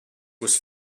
was